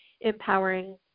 empowering